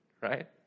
Right